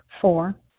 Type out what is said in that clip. Four